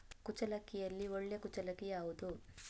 ಕುಚ್ಚಲಕ್ಕಿಯಲ್ಲಿ ಒಳ್ಳೆ ಕುಚ್ಚಲಕ್ಕಿ ಯಾವುದು?